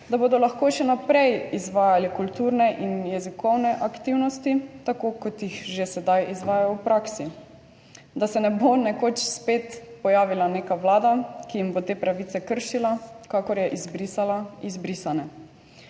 da bodo lahko še naprej izvajali kulturne in jezikovne aktivnosti, tako kot jih že sedaj izvajajo v praksi, da se ne bo nekoč spet pojavila neka vlada, ki jim bo te pravice kršila, kakor je izbrisala izbrisane.